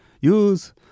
Use